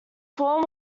form